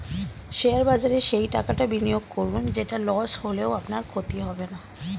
share বাজারে সেই টাকাটা বিনিয়োগ করুন যেটা লস হলেও আপনার ক্ষতি হবে না